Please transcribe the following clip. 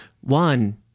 one